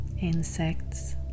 insects